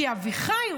כי אביחי,